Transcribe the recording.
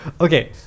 okay